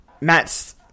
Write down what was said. Matt's